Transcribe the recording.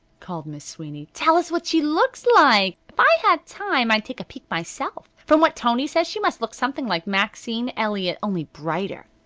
called miss sweeney, tell us what she looks like. if i had time i'd take a peek myself. from what tony says she must look something like maxine elliot, only brighter.